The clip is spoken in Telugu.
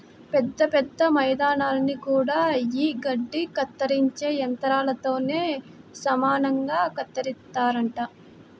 పెద్ద పెద్ద మైదానాల్ని గూడా యీ గడ్డి కత్తిరించే యంత్రాలతోనే సమానంగా కత్తిరిత్తారంట